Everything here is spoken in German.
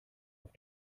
auf